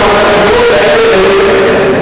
ועם החקיקות האלה,